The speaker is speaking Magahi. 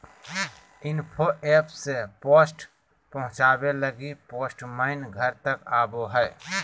इन्फो एप से पोस्ट पहुचावे लगी पोस्टमैन घर तक आवो हय